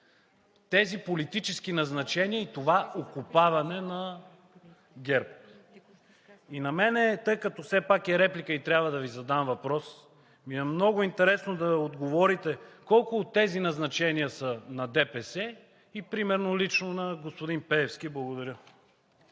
тези политически назначения и това окопаване на ГЕРБ. И на мен, тъй като все пак е реплика и трябва да Ви задам въпрос, ми е много интересно да отговорите колко от тези назначения са на ДПС и, примерно, лично на господин Пеевски? Благодаря.